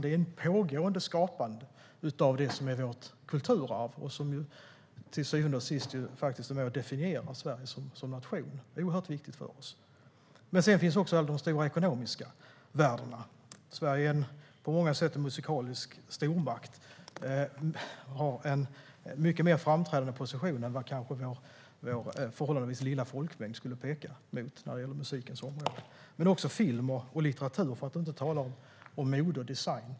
Det är ett pågående skapande av det som är vårt kulturarv och som till syvende och sist är med och definierar Sverige som nation. Det är oerhört viktigt för oss. Men det finns också stora ekonomiska värden. Sverige är på många sätt en musikalisk stormakt och har en mycket mer framträdande position på musikens område än vår förhållandevis lilla folkmängd skulle peka mot. Men det gäller också film och litteratur, för att inte tala om mode och design.